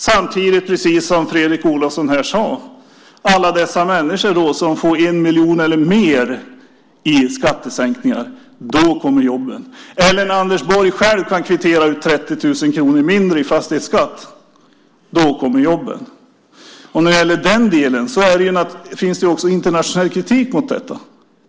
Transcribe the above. Samtidigt har vi, precis som Fredrik Olovsson sade, alla dessa människor som får 1 miljon eller mer i skattesänkningar. Då kommer jobben. Eller när Anders Borg själv kan kvittera ut 30 000 kronor mindre i fastighetsskatt. Då kommer jobben. När det gäller den delen finns det också internationell kritik mot detta.